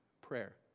prayer